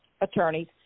attorneys